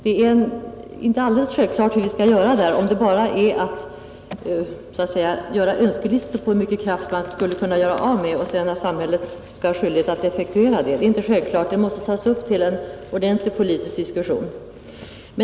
Det är inte alldeles självklart hur man skall förfara; om det bara är att göra upp önskelistor på hur mycket kraft som kan konsumeras och om då samhället skall ha skyldighet att effektuera den beställningen. Detta måste tas upp till en ordentlig politisk diskussion.